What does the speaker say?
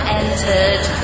entered